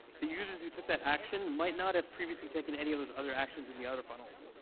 the users who took that action might not have previously taken any of these other actions and the other funnels.